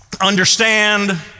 understand